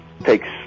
takes